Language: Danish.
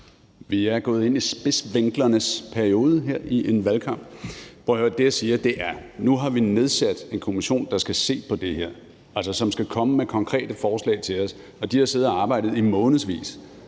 Vi er gået ind i spidsvinklernes periode her i en valgkamp. Prøv at høre: Det, jeg siger, er, at nu har vi nedsat en kommission, der skal se på det her, og som altså skal komme med konkrete forslag til os. De har siddet og arbejdet i månedsvis.